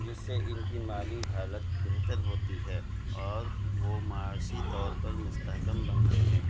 جس سے ان کی مالی حالت بہتر ہوتی ہے اور وہ معاشی طور پر مستحکم بنتے ہیں